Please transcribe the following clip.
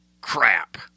crap